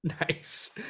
Nice